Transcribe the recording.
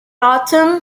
autumn